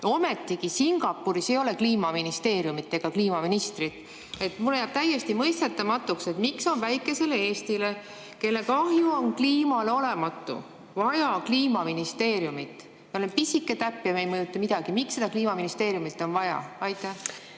Ometigi Singapuris ei ole kliimaministeeriumi ega kliimaministrit. Mulle jääb täiesti mõistetamatuks, miks on väikesele Eestile, kelle kliimale tekitatud kahju on olematu, vaja kliimaministeeriumi. Me oleme pisike täpp ja me ei mõjuta midagi. Miks seda kliimaministeeriumi on vaja? Ma